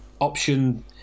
option